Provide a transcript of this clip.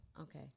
Okay